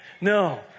No